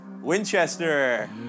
Winchester